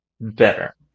better